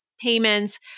payments